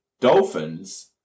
Dolphins